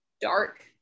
dark